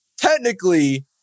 technically